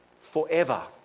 forever